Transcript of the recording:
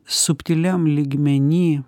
subtiliam lygmeny